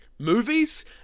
movies